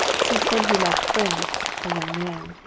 since when he left france, a young man,